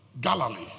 Galilee